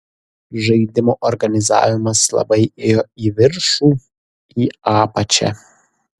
žaidimo organizavimas labai ėjo į viršų į apačią